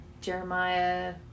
Jeremiah